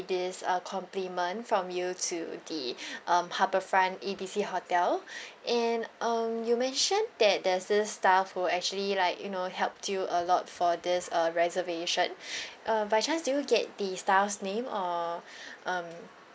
this uh compliment from you to the um harbourfront A B C hotel and um you mentioned that there's this staff who actually like you know helped you a lot for this uh reservation uh by chance did you get the staff's name or um